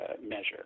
measure